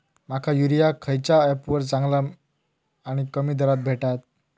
माका युरिया खयच्या ऍपवर चांगला आणि कमी दरात भेटात?